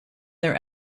their